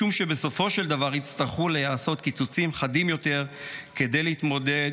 משום שבסופו של דבר יצטרכו להיעשות קיצוצים חדים יותר כדי להתמודד